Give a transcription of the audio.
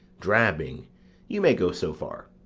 drabbing you may go so far.